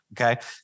Okay